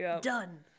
Done